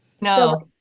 no